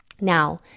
now